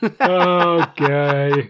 Okay